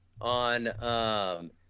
on